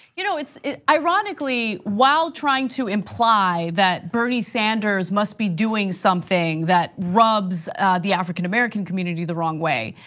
you know it's ironically while trying to imply that bernie sanders must be doing something that rubs the african-american community the wrong way.